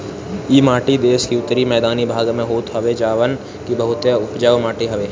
इ माटी देस के उत्तरी मैदानी भाग में होत हवे जवन की बहुते उपजाऊ माटी हवे